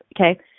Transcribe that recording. okay